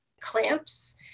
clamps